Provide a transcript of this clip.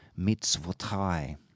Mitzvotai